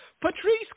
Patrice